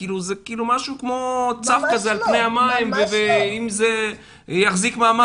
וזה כאילו משהו שצף על פני המים ואם זה יחזיק מעמד,